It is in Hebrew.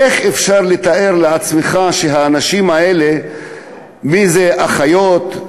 איך אפשר לתאר שהאנשים האלה, אם אחיות,